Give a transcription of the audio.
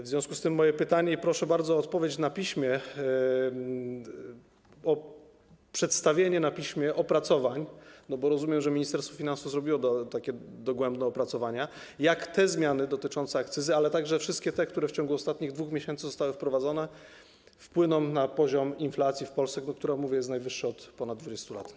W związku z tym mam pytanie - i bardzo proszę o odpowiedź na piśmie, o przedstawienie na piśmie opracowań, bo rozumiem, że Ministerstwo Finansów dysponuje takim dogłębnym opracowaniem - jak te zmiany dotyczące akcyzy, ale także wszystkie te, które w ciągu ostatnich 2 miesięcy zostały wprowadzone, wpłyną na poziom inflacji w Polsce, która - powtarzam - jest najwyższa od ponad 20 lat.